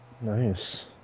Nice